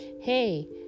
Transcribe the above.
hey